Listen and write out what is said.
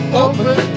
open